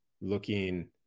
looking